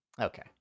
Okay